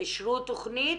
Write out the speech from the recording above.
אישרו תכנית,